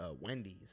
Wendy's